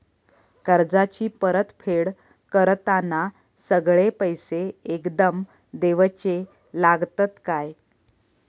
कर्जाची परत फेड करताना सगळे पैसे एकदम देवचे लागतत काय?